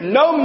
no